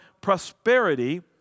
prosperity